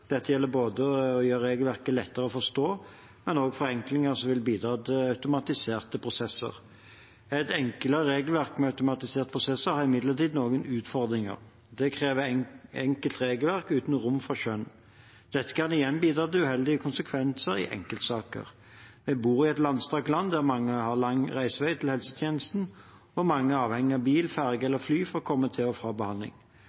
Dette kan igjen bidra til uheldige konsekvenser i enkeltsaker. Vi bor i et langstrakt land der mange har lang reisevei til helsetjenesten, og mange er avhengige av bil, ferge